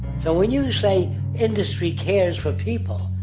so when you say industry cares for people,